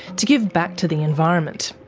to give back to the environment.